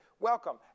Welcome